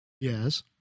Yes